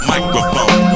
Microphone